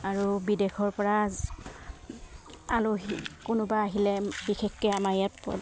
আৰু বিদেশৰ পৰা আলহী কোনোবা আহিলে বিশেষকৈ আমাৰ ইয়াত